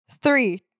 Three